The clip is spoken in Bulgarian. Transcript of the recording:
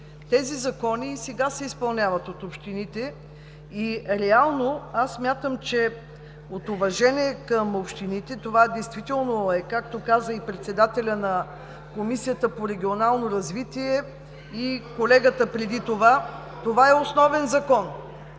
Тези закони и сега се изпълняват от общините. Реално аз смятам, че от уважение към общините, това действително е, както каза и Председателят на Комисията по регионално развитие, и колегата преди това – основен закон.